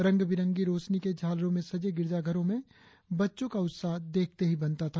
रंग बिरंगी रोशनी के झालरों में सजे गिरजाघरों में बच्चों का उत्साह देखती ही बनता था